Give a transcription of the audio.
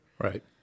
Right